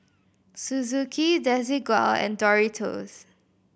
Suzuki Desigual and Doritos